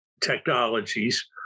technologies